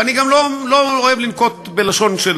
ואני גם לא אוהב לנקוט לשון של